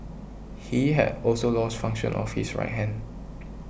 he had also lost function of his right hand